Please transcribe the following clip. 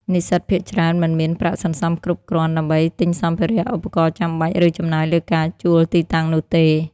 និស្សិតភាគច្រើនមិនមានប្រាក់សន្សំគ្រប់គ្រាន់ដើម្បីទិញសម្ភារៈ ឧបករណ៍ចាំបាច់ ឬចំណាយលើការជួលទីតាំងនោះទេ។